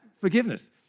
forgiveness